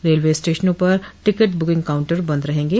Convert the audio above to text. railway स्टेशनों पर ticket booking counter बंद रहेंगे